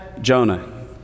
Jonah